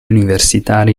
universitari